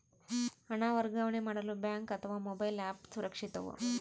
ಹಣ ವರ್ಗಾವಣೆ ಮಾಡಲು ಬ್ಯಾಂಕ್ ಅಥವಾ ಮೋಬೈಲ್ ಆ್ಯಪ್ ಸುರಕ್ಷಿತವೋ?